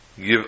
give